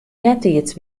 eartiids